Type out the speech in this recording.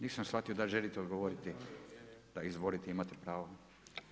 Nisam shvatio, dal želite odgovoriti … [[Upadica se ne čuje.]] da izvolite imate pravo.